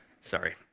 Sorry